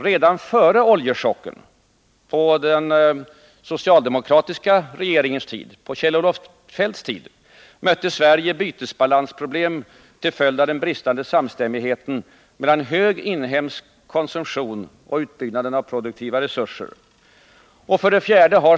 Redan före oljechocken — på den socialdemokratiska regeringens tid, på Kjell-Olof Feldts tid — mötte Sverige bytesbalansproblem till följd av den bristande samstämmigheten mellan hög inhemsk konsumtion och utbyggnaden av produktiva resurser. 4.